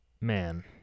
man